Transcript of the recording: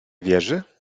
wierzy